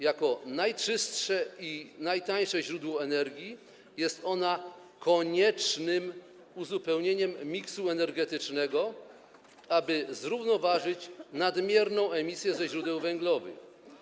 Jako najczystsze i najtańsze źródło energii jest ona koniecznym uzupełnieniem miksu energetycznego, aby zrównoważyć nadmierną emisję ze źródeł węglowych.